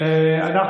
תודה רבה.